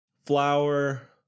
flour